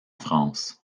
france